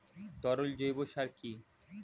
তরল জৈব সার কি?